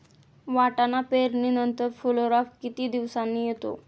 वाटाणा पेरणी नंतर फुलोरा किती दिवसांनी येतो?